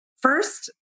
first